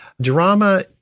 Drama